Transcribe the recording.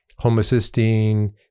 homocysteine